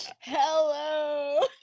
Hello